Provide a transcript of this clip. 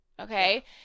Okay